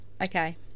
Okay